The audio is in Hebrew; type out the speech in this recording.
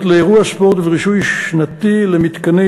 לאירוע ספורט וברישוי שנתי למתקנים,